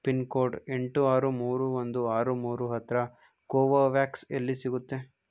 pin code ಎಂಟು ಆರು ಮೂರು ಒಂದು ಆರು ಮೂರು ಹತ್ತಿರ ಕೋವೋವ್ಯಾಕ್ಸ್ ಎಲ್ಲಿ ಸಿಗುತ್ತೆ